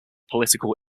political